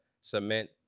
cement